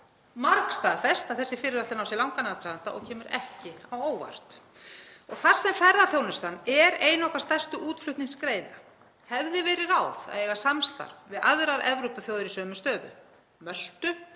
margstaðfest að þessi fyrirætlun á sér langan aðdraganda og kemur ekki á óvart. Þar sem ferðaþjónustan er ein af okkar stærstu útflutningsgreinum hefði verið ráð að eiga samstarf við aðrar Evrópuþjóðir í sömu stöðu, Möltu,